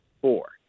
four